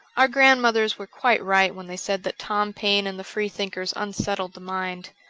our grandmothers were quite right when they said that tom paine and the freethinkers unsettled the mind.